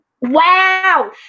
Wow